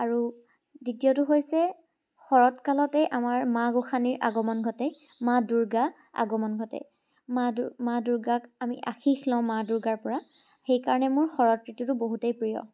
আৰু দ্বিতীয়টো হৈছে শৰত কালতেই আমাৰ মা গোঁসানীৰ আগমন ঘটে মা দুৰ্গাৰ আগমন ঘটে মা দু মা দুৰ্গাক আমি আশীষ লওঁ মা দুৰ্গাৰ পৰা সেইকাৰণে শৰত ঋতুটো মোৰ বহুতেই প্ৰিয়